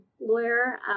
lawyer